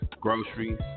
groceries